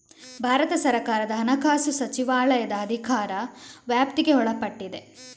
ಭಾರತ ಸರ್ಕಾರದ ಹಣಕಾಸು ಸಚಿವಾಲಯದ ಅಧಿಕಾರ ವ್ಯಾಪ್ತಿಗೆ ಒಳಪಟ್ಟಿದೆ